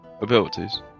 abilities